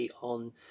on